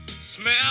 Smell